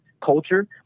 culture